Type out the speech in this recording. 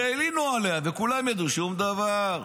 שהלינו עליה וכולם ידעו, שום דבר.